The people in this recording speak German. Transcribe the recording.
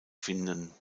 finden